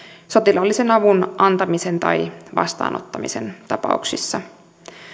sotilaallisen avun antamisen tai vastaanottamisen tapauksissa